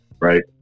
right